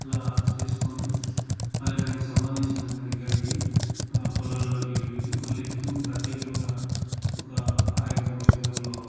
అలా చేసుకొని మళ్ళీ దానికి సంబంధించినటువంటి గడ్డి పొలాలలోకి వెళ్ళి మళ్ళీ అంటే ప్రత్యేకంగా ఒక అర ఎకరం ఎకరంలో